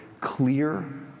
clear